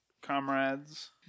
comrades